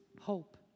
hope